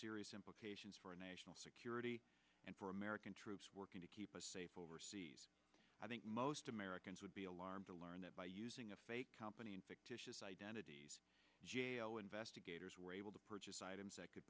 serious implications for a national security and for american troops working to keep us safe i think most americans would be alarmed to learn that by using a fake company in fictitious identity investigators were able to purchase items that could